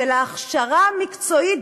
של ההכשרה המקצועית,